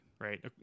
right